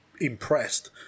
impressed